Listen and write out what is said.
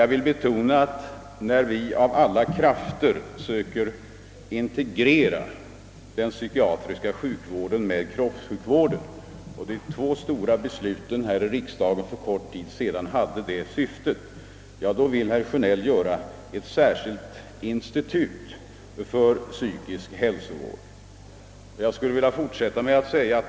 Jag vill betona att när vi av alla krafter söker integrera den psykiatriska sjukvården med kroppssjukvården — de två viktiga besluten här i riksdagen för kort tid sedan hade det syftet — då vill herr Sjönell ha ett särskilt institut för psykisk hälsovård.